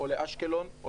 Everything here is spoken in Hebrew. אשקלון,